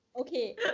Okay